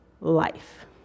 life